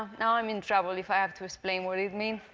now i'm in trouble if i have to explain what it i mean